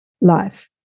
life